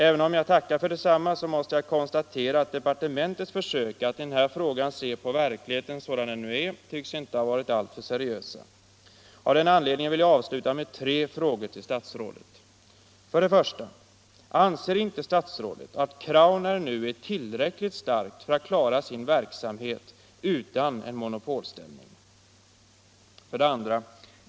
Även om jag tackar för detsamma, så måste jag konstatera att departementets försök att i den här frågan se på verkligheten sådan den nu är inte tycks ha varit alltför seriösa. Av den anledningen vill jag avsluta med tre frågor till statsrådet: 1. Anser inte statsrådet att Crownair nu är tillräckligt starkt för att klara sin verksamhet utan en monopolställning? 2.